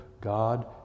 God